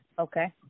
Okay